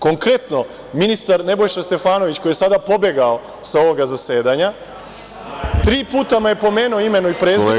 Konkretno, ministar Nebojša Stefanović koji je sada pobegao sa ovog zasedanja, tri puta me je pomenuo imenom i prezimenom.